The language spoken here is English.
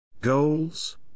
Goals